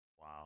Wow